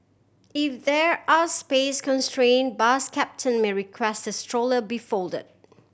if there are space constraint bus captain may requests that stroller be folded